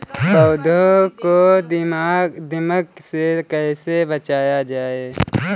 पौधों को दीमक से कैसे बचाया जाय?